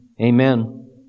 Amen